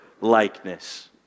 likeness